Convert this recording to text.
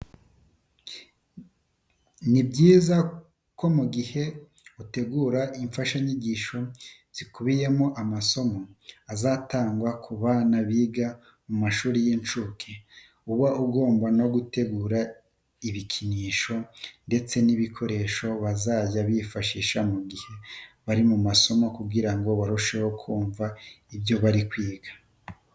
Ni byiza ko mu gihe uteguye imfashanyigisho zikubiyemo amasomo azatangwa ku bana biga mu mashuri y'incuke, uba ugomba no gutegura ibikinisho ndetse n'ibikoresho bazajya bifashisha mu gihe bari mu masomo kugira barusheho kumva ibyo bari kwiga.